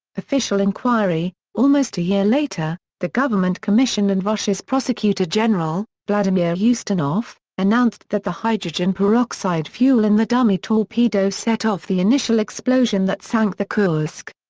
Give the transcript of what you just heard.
official inquiry almost a year later, the government commission and russia's prosecutor general, vladimir ustinov, announced that the hydrogen peroxide fuel in the dummy torpedo set off the initial explosion that sank the kursk.